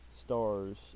Stars